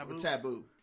Taboo